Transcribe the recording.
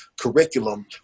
curriculum